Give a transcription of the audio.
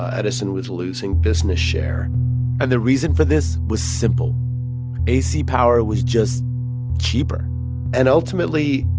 edison was losing business share and the reason for this was simple ac power was just cheaper and, ultimately,